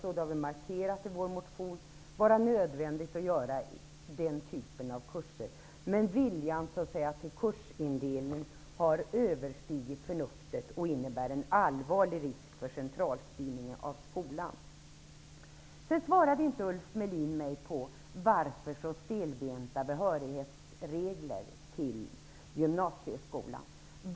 det har vi markerat i vår motion -- vara nödvändigt att göra den typen av kurser. Men viljan till kursindelning har överstigit förnuftet och innebär en allvarlig risk för centralstyrningen av skolan. Ulf Melin svarade inte på frågan om varför gymnasieskolan skall ha så stelbenta behörighetsregler.